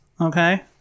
Okay